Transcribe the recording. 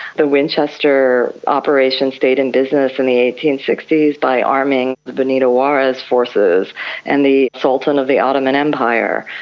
the winchester operation stayed in business in the eighteen sixty s by arming in the benito juarez forces and the sultan of the ottoman empire.